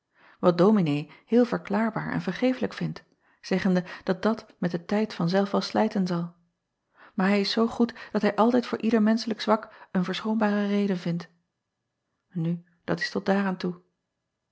wat ominee heel verklaarbaar en vergeeflijk vindt zeggende dat dat met den tijd van zelf wel slijten zal maar hij is zoo goed dat hij altijd voor ieder menschelijk zwak een verschoonbare reden vindt u dat is tot daaraan toe